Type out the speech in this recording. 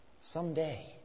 Someday